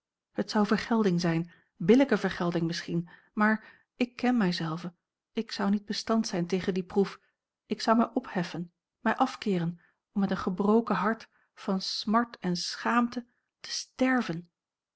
het zou vergelding zijn billijke vergelding misschien maar ik ken mij zelve ik zou niet bestand zijn tegen die proef ik zou mij opheffen mij afkeeren om met een gebroken hart van smart en schaamte te sterven